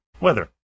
weather